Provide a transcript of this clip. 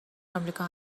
امریکا